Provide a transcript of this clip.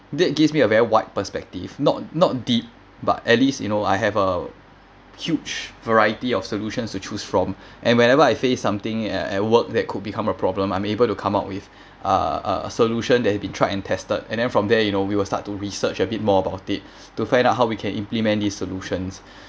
that gives me a very wide perspective not not deep but at least you know I have a huge variety of solutions to choose from and whenever I face something at work that could become a problem I'm able to come up with a a solution that had been tried and tested and then from there you know we will start to research a bit more about it to find out how we can implement these solutions